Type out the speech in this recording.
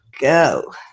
go